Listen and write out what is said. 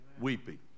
weeping